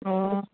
ꯑꯣ